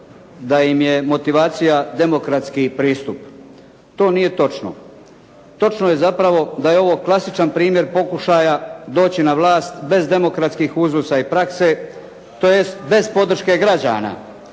da im je motivacija demokratski pristup. To nije točno. Točno je zapravo da je ovo klasičan primjer pokušaja doći na vlast bez demokratskih uzusa i prakse tj. bez podrške građana,